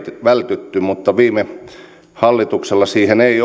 vältytty mutta viime hallituksessa siihen ei